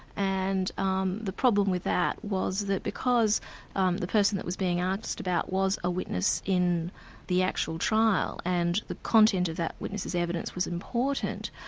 and um the problem with that was that because um the person who was being asked about was a witness in the actual trial, and the content of that witness's evidence was important,